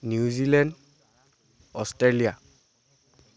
New Zealand Australia